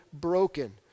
broken